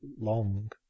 long